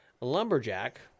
Lumberjack